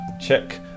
Check